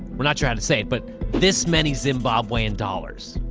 we're not trying to say it, but this many zimbabwean dollars.